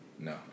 No